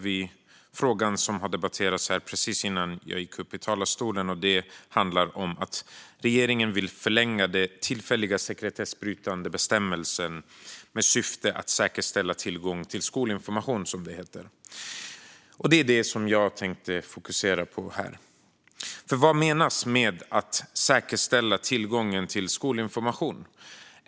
Vi debatterar också att regeringen vill förlänga den tillfälliga sekretessbrytande bestämmelsen i syfte att säkerställa tillgång till skolinformation. Jag tänker fokusera på det sistnämnda. Vad menas med att säkerställa tillgång till skolinformation?